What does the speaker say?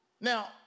Now